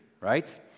right